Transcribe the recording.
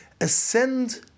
ascend